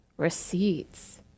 receipts